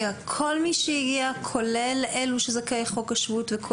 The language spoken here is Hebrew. כל מי שהגיע, כולל אלה שזכאי חוק השבות?